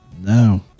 No